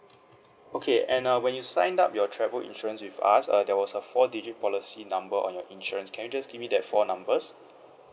okay and uh when you signed up your travel insurance with us uh there was a four digit policy number on your insurance can you just give me the four numbers